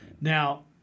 Now